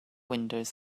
windows